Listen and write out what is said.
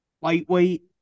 Lightweight